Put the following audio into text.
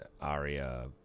aria